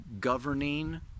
governing